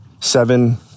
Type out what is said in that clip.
Seven